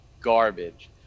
garbage